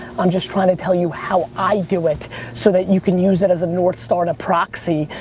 i'm just trying to tell you how i do it so that you can use it as a north star to proxy,